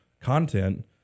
content –